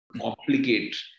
complicate